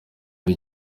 ari